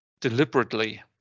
deliberately